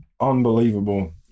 unbelievable